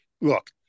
look